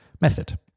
method